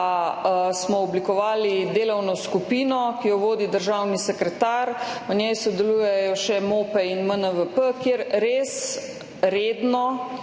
smo pa oblikovali delovno skupino, ki jo vodi državni sekretar, v njej sodelujejo še MOPE in MNVP, kjer res redno,